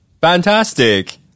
Fantastic